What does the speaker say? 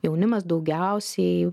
jaunimas daugiausiai